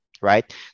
right